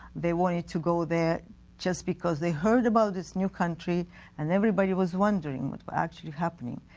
they wanted to go there just because they heard about this new country and everybody was wondering what's was actually happening.